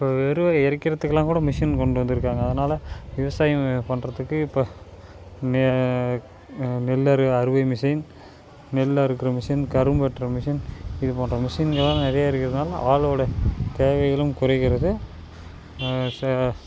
இப்போ எருவ எரிக்கிறத்துக்கெல்லாம் கூட மிஷின் கொண்டு வந்திருக்காங்க அதனால விவசாயம் பண்ணுறத்துக்கு இப்போ நெல்லறு அறுவை மிஷின் நெல் அறுக்கிற மிஷின் கரும்பு வெட்ர மிஷின் இது போன்ற மிஷின்கள்லாம் நிறையா இருக்கிறதுனால ஆளோடய தேவைகளும் குறைகிறது